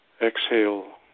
Exhale